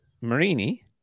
Marini